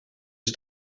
het